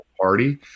party